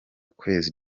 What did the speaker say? kwezi